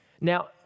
Now